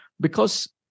Because-